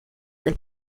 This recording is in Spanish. del